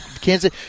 Kansas